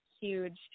huge